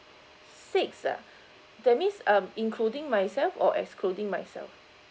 six ah that means um including myself or excluding myself